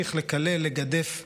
להמשיך לקלל, לגדף ולפלג,